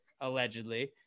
Allegedly